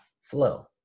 flow